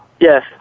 Yes